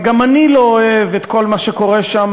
וגם אני לא אוהב את כל מה שקורה שם,